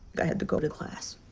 i had to go to class,